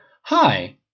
Hi